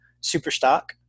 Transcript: Superstock